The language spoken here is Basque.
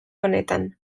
honetan